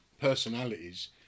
personalities